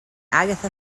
agatha